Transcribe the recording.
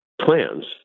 plans